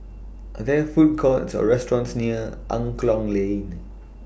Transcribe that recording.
Are There Food Courts Or restaurants near Angklong Lane